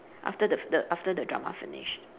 after the the after the drama finish